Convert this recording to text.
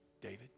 David